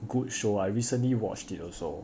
good show I recently watched it also